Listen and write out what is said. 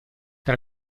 tra